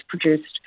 produced